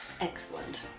Excellent